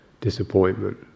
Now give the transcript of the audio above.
disappointment